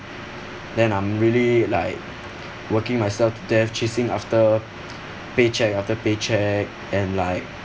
then I'm really like working myself to death chasing after paycheck after paycheck and like